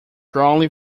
drawn